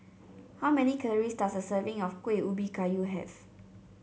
how many calories does a serving of Kuih Ubi Kayu have